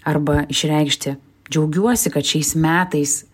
arba išreikšti džiaugiuosi kad šiais metais